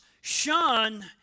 shun